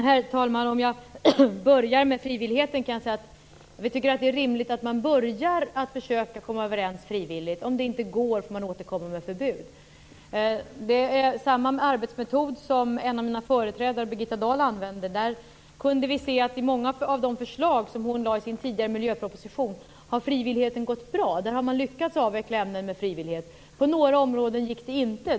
Herr talman! Jag börjar med frivilligheten. Vi tycker att det är rimligt att man börjar med att försöka komma överens frivilligt. Om det inte går får man återkomma med förbud. Det är samma arbetsmetod som en av mina företrädare, Birgitta Dahl, använde. Vi kan se att i många av de förslag som hon lade fram i sin tidigare miljöproposition har frivilligheten gått bra. Man har lyckats avveckla ämnen med frivillighet. På några områden gick det inte.